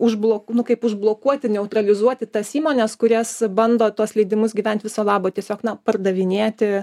užblok nu kaip užblokuoti neutralizuoti tas įmones kurias bando tuos leidimus gyvent viso labo tiesiog na pardavinėti